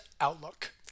Outlook